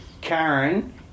Karen